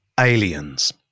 Aliens